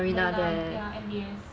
marina ya M_B_S